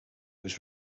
was